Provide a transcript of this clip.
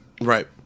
Right